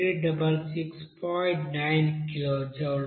9 kilojoules